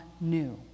new